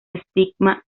estigma